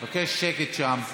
אני מבקש שקט שם.